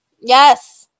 Yes